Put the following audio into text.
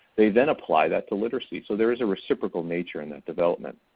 they then apply that to literacy. so there is a reciprocal nature in that development.